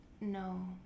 No